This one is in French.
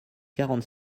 quarante